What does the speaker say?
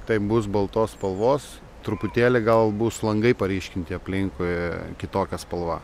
taip bus baltos spalvos truputėlį gal bus langai paryškinti aplinkui kitokia spalva